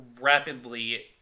rapidly